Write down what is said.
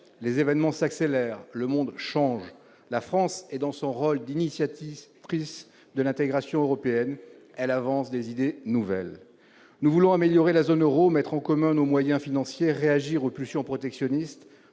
Les événements s'accélèrent, le monde change. La France est dans son rôle d'initiatrice de l'intégration européenne. Elle avance des idées nouvelles. Nous voulons améliorer la zone euro, mettre en commun nos moyens financiers, réagir aux pulsions protectionnistes,